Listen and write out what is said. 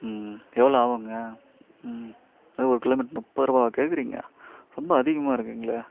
ம் எவ்வளோ ஆகுங்க ம் என்னது ஒரு கிலோமீட்ரு முப்பது ரூபாவா கேட்குறீங்க ரொம்ப அதிகமாக இருக்குதுங்களே